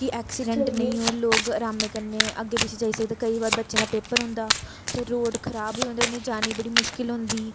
कि ऐक्सीडेंट नी हो लोग आरमै कन्नै अग्गें पिच्छे जाई सकदे केईं बार बच्चें दा पेपर होंदा ते रोड खराब होई जंदे ते उ'नें गी जाने दी बड़ी मुश्किल होंदी